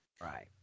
Right